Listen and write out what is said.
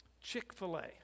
Chick-fil-A